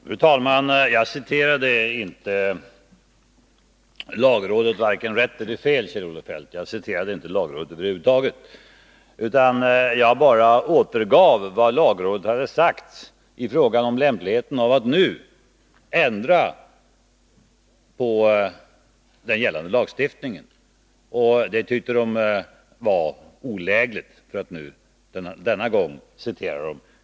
Fru talman! Jag citerade inte lagrådet vare sig rätt eller fel, Kjell-Olof Feldt. Jag citerade över huvud taget inte lagrådet. Jag bara återgav vad lagrådet hade sagt i fråga om lämpligheten av att nu ändra på den gällande lagstiftningen. Lagrådet tyckte att det var ”olägligt”, för att denna gång citera lagrådet.